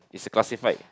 it's a classified